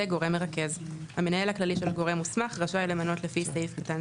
- גורם מרכז); המנהל הכללי של גורם מוסמך רשאי למנות לפי סעיף קטן